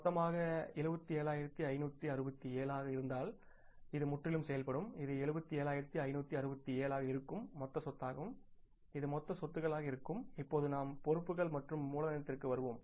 மொத்தமாக 77567 ஆக இருந்தால் இது முற்றிலும் செயல்படும் இது 77567 ஆக இருக்கும் மொத்த சொத்தாகும் இது மொத்த சொத்துக்களாக இருக்கும் இப்போது நாம் பொறுப்புகள் மற்றும் மூலதனத்திற்கு வருவோம்